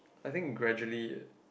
I think gradually it